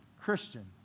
Christian